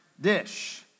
dish